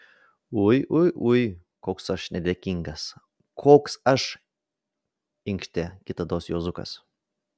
ui ui ui koks aš nedėkingas koks aš inkštė kitados juozukas